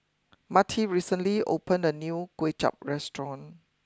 Marty recently opened a new Kuay Chap restaurant